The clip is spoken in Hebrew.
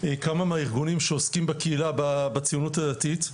כמה מהארגונים שעוסקים בקהילה בציונות הדתית.